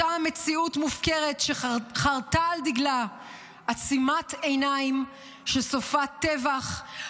אותה מציאות מופקרת שחרתה על דגלה עצימת עיניים שסופה טבח,